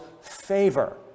favor